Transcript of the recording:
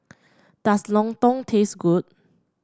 does lontong taste good